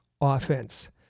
offense